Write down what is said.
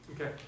Okay